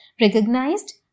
recognized